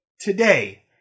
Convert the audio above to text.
today